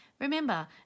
Remember